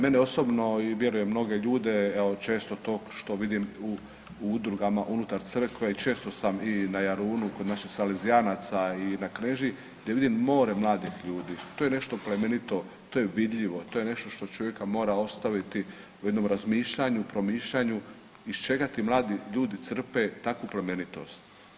Mene osobno i vjerujem mnoge ljude evo često to što vidim u udrugama unutar crkve i često sam i na Jarunu kod naših salezijanaca i na Knežiji, gdje vidim more mladih ljudi, to je nešto plemenito, to je vidljivo, to je nešto što čovjeka mora ostaviti u jednom razmišljanju, promišljanju iz čega ti mladi ljudi crpe takvu plemenitost.